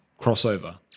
crossover